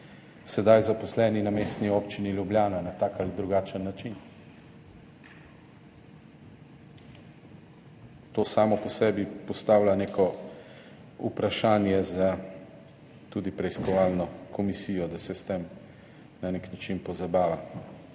sedaj zaposleni na Mestni občini Ljubljana, na tak ali drugačen način. To samo po sebi postavlja neko vprašanje tudi za preiskovalno komisijo, da se s tem na nek način pozabava.